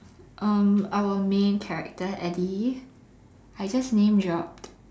um our main character Eddy I just name dropped